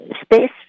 Space